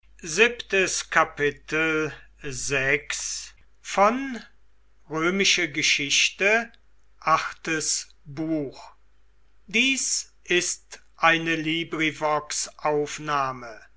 sind ist eine